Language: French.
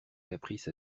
caprice